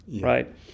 right